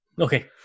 Okay